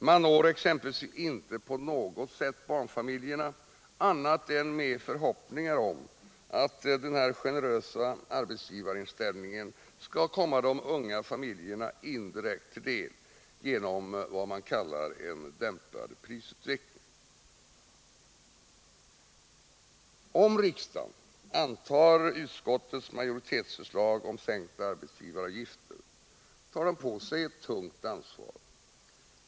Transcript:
Man når exempelvis inte på något sätt barnfamiljerna, annat än med förhoppningar om att denna generösa arbetsgivarinställning skall komma de unga familjerna indirekt till del genom vad man kallar en dämpad prisutveckling. Om riksdagen antar utskottets majoritetsförslag om sänkta arbetsgivaravgifter, tar den på sig ett tungt ansvar.